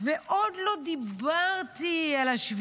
ועוד לא דיברתי על 7